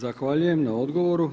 Zahvaljujem na odgovoru.